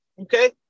okay